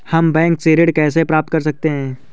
हम बैंक से ऋण कैसे प्राप्त कर सकते हैं?